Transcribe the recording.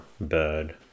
Bird